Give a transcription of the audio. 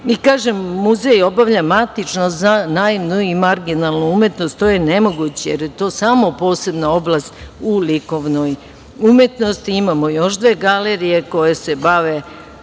muzej obavlja matično za naivnu i marginalnu umetnost, to je nemoguće, jer je to samo posebna oblast u likovnoj umetnosti. Imamo još dve ustanove koje se bave